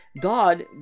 God